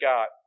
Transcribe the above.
God